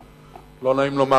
לא נעים לומר,